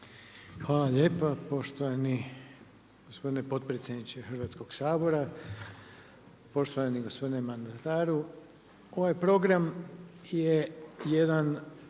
Hvala lijepa poštovani gospodine potpredsjedniče Hrvatskog sabora, poštovani gospodine mandataru. Ovaj program je jedan